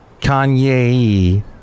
kanye